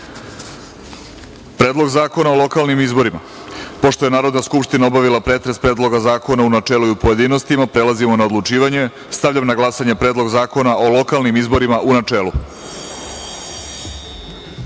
Predlog zakona o lokalnim izborima. Pošto je Narodna skupština obavila pretres Predloga zakona u načelu i u pojedinostima, prelazimo na odlučivanje. Stavljam na glasanje Predlog zakona o lokalnim izborima, u